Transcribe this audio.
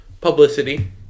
Publicity